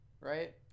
right